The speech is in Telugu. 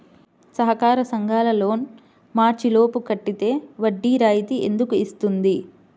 సహకార సంఘాల లోన్ మార్చి లోపు కట్టితే వడ్డీ రాయితీ ఎందుకు ఇస్తుంది?